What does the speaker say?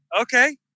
Okay